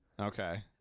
Okay